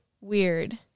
weird